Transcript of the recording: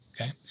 Okay